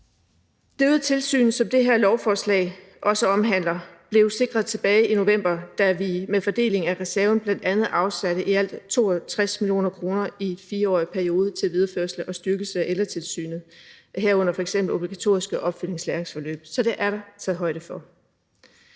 Det øgede tilsyn, som det her lovforslag også omhandler, blev sikret tilbage i november, da vi med fordelingen af reserven bl.a. afsatte i alt 62 mio. kr. i en 4-årig periode til videreførelse og styrkelse af Ældretilsynet, herunder f.eks. obligatoriske opfølgnings- og læringsforløb. Så det er der taget højde for.